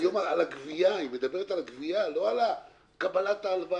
היא מדברת על הגבייה, לא על קבלת ההלוואה.